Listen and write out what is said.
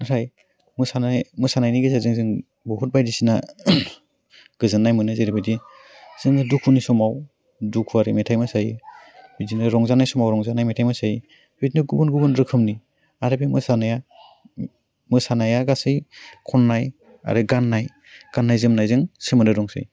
नाथाइ मोसानाय मोसानायनि गेजेरजों जों बहुद बायदिसिना गोजोन्नाय मोनो जेरैबायदि जोंनि दुखुनि समाव दुखुआरि मेथाइ मोसायो बिदिनो रंजानाय समाव रंजानाय मेथाइ मोसायो बेबायदिनो गुबुन गुुबुन रोखोमनि आरो बे मोसानाया मोसानाया गासै खन्नाय आरो गान्नाय गान्नाय जोमनायजों सोमोन्दो दंसै